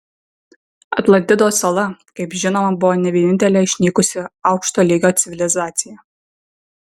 atlantidos sala kaip žinoma buvo ne vienintelė išnykusi aukšto lygio civilizacija